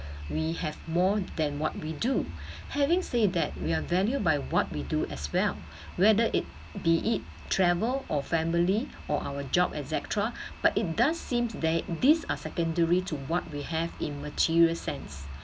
we have more than what we do having say that we're value by what we do as well whether it be it travel or family or our job et cetera but it does seem they these are secondary to what we have in material sense